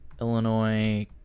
Illinois